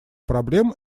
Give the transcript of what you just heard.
проблем